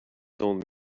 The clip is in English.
told